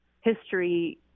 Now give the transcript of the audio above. history